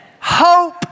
Hope